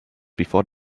before